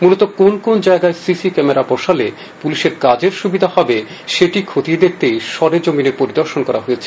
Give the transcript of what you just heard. মূলত কোন কোন জায়গায় সিসি ক্যামেরা বসালে পুলিশের কাজের সুবিধা হবে সেটা খতিয়ে দেখতেই সরেজমিনে পরিদর্শন করা হয়েছে